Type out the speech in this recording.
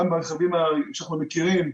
גם ברכבים שאנחנו מכירים,